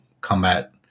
combat